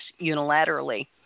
unilaterally